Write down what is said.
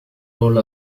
role